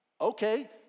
Okay